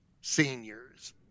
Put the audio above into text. Seniors